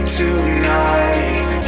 tonight